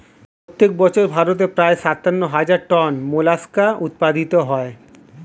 প্রত্যেক বছর ভারতে প্রায় সাতান্ন হাজার টন মোলাস্কা উৎপাদিত হয়